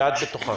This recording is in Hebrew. ואת בתוכם.